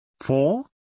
Four